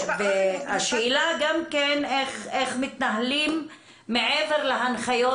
השאלה גם כן איך מתנהלים כבני אדם מעבר להנחיות,